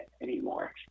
anymore